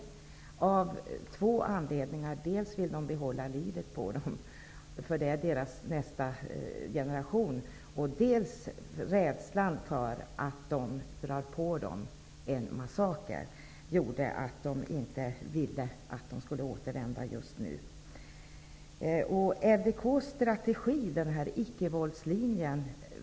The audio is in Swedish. Och detta av två anledningar: dels vill man att de skall få behålla livet, eftersom de utgör nästa generation, dels är man rädd för att dessa män skall dra på albanerna en massaker.